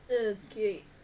Okay